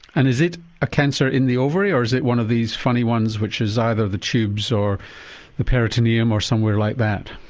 and is it a cancer in the ovary or is it one of these funny ones which is either the tubes or the peritoneum or somewhere like that?